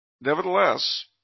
nevertheless